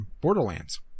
Borderlands